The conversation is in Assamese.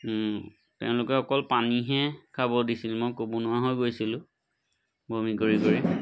তেওঁলোকে অকল পানীহে খাব দিছিল মই ক'ব নোৱাৰা হৈ গৈছিলোঁ বমি কৰি কৰি